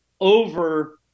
over